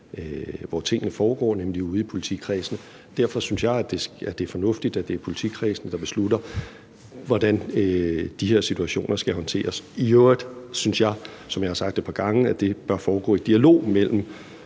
hvor tingene foregår, nemlig ude i politikredsene. Derfor synes jeg, at det er fornuftigt, at det er politikredsene, der beslutter, hvordan de her situationer skal håndteres. I øvrigt synes jeg, som jeg har sagt et par gange, at det bør foregå i dialog mellem